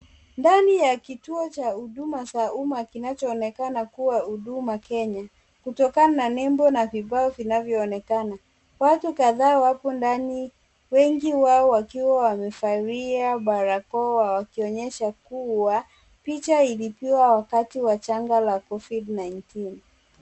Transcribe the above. Ndani ya kituo cha huduma za uma kinachoonekana kuwa huduma Kenya, kutokana na nembo na vibao vinavyoonekana. Watu kadhaa wapo ndani, wengi wao wakiwa wamevalia barakoa wakionyesha kuwa, picha ilipigwa wakati wa janga la covid-19 .